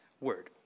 word